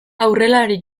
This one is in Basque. aurrelari